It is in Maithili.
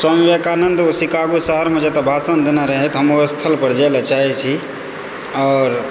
स्वामी विवेकानन्द शिकागो शहरमे जतए भाषण देने रहथि हम ओहि स्थल पर जाय लऽ चाहैत छी आओर